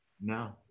No